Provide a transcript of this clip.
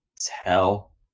tell